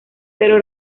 pero